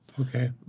Okay